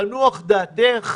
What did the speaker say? תנוח דעתך,